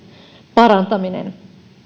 parantaminen